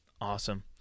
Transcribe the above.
Awesome